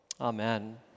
Amen